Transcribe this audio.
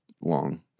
long